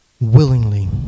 willingly